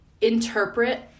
interpret